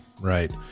right